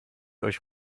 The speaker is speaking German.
euch